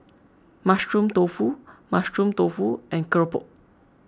Mushroom Tofu Mushroom Tofu and Keropok